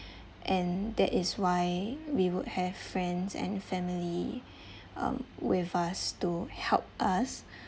and that is why we would have friends and family um with us to help us